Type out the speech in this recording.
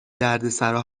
دردسرا